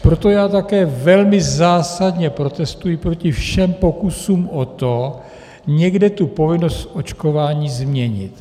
Proto já také velmi zásadně protestuji proti všem pokusům o to, někde tu povinnost očkování změnit.